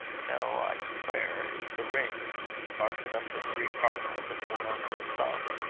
no, i declare it is a ring large enough for three cardinals, and worn on her thumb.